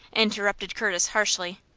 interrupted curtis, harshly,